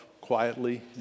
quietly